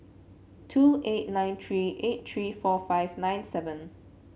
two eight nine three eight three four five nine seven